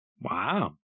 Wow